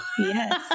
Yes